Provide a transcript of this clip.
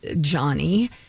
Johnny